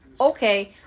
okay